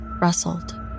rustled